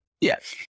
yes